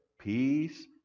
peace